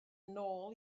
nôl